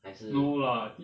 还是